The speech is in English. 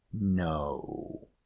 no